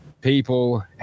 People